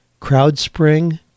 Crowdspring